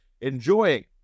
enjoying